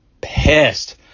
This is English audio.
pissed